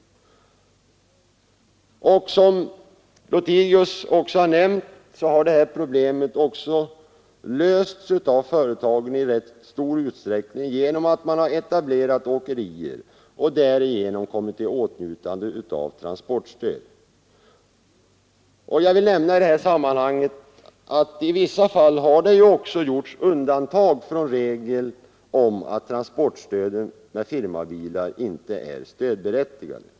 Som herr Lothigius nämnt har detta problem lösts av företagen i rätt stor utsträckning genom att man etablerat åkerier och därigenom kommit i åtnjutande av transportstöd. I vissa fall har det också gjorts undantag från regeln att transporter med firmabilar inte är stödberättigade.